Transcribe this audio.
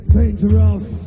Dangerous